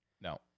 no